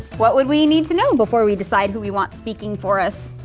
what would we need to know before we decide who we want speaking for us?